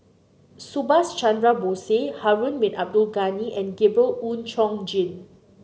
Subhas Chandra Bose Harun Bin Abdul Ghani and Gabriel Oon Chong Jin